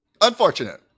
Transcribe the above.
unfortunate